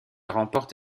remporte